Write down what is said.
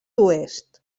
oest